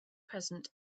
present